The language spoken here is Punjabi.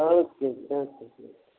ਓਕੇ ਜੀ ਓਕੇ ਫੇਰ